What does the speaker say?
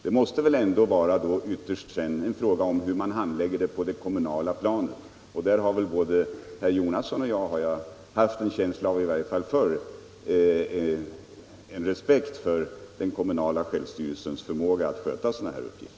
Det måste I ändå ytterst vara en fråga om hur man handlägger detta på det kommunala — Om tillvaratagande planet. Och herr Jonasson har väl liksom jag — i varje fall har jag haft — av matavfall vid en känsla av det förr — respekt för den kommunala självstyrelsens förmåga — sjukhus m.fl. att sköta sådana här uppgifter.